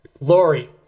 Lori